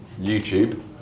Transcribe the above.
YouTube